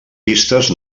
pistes